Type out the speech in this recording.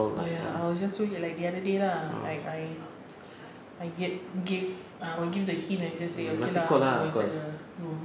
oh ya I will just do it like the other day lah like I get gave I will give give the hint and say okay lah I go inside the room